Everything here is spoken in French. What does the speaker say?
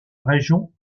région